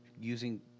using